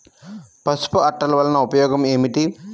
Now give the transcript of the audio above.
పసుపు అట్టలు వలన ఉపయోగం ఏమిటి?